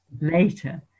later